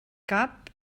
cap